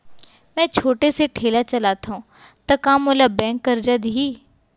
मैं छोटे से ठेला चलाथव त का मोला बैंक करजा दिही?